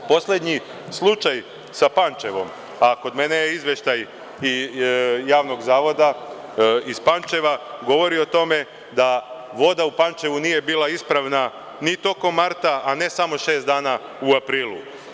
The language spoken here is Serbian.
Poslednji slučaj sa Pančevom, a kod mene je izveštaj i Javnog zavoda iz Pančeva, govorio tome da voda u Pančevu nije bila ispravna ni tokom marta, a ne samo šest dana u aprilu.